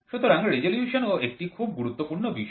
সুতরাং রেজোলিউশন ও একটি খুব গুরুত্বপূর্ণ বিষয়